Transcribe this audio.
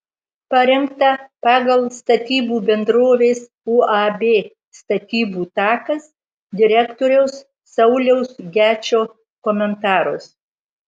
parengta pagal statybų bendrovės uab statybų takas direktoriaus sauliaus gečo komentarus